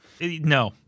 No